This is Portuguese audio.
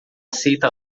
aceita